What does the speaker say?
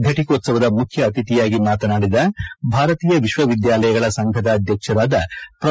ಘಟಿಕೋತ್ಸವದ ಮುಖ್ಯ ಅತಿಥಿಯಾಗಿ ಮಾತನಾಡಿದ ಭಾರತೀಯ ವಿಶ್ವವಿದ್ಯಾನಿಲಯಗಳ ಸಂಘದ ಅಧ್ಯಕ್ಷರಾದ ಪ್ರೊ